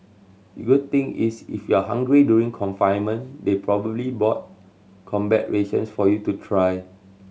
your thing is if you're hungry during confinement they probably bought combat rations for you to try